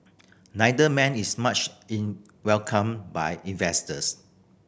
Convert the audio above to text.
neither man is much in welcomed by investors